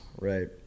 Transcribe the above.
right